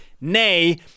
nay